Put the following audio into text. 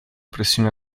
pressione